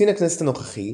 קצין הכנסת הנוכחי,